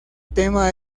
tema